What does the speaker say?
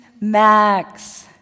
Max